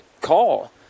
call